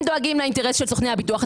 הם דואגים לאינטרס של סוכני הביטוח.